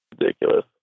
Ridiculous